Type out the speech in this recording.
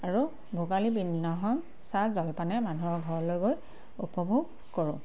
আৰু ভোগালী বিহু দিনাখন চাহ জলপানে মানুহৰ ঘৰলৈ গৈ উপভোগ কৰোঁ